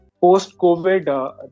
Post-COVID